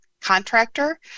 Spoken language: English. contractor